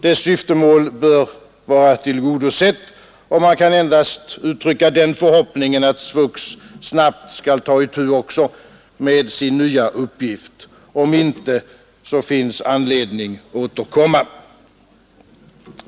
Dess syftemål bör vara tillgodosett, och man kan endast uttrycka den förhoppningen att SVUX snabbt skall ta itu också med sin nya uppgift; om inte finns det anledning att återkomma.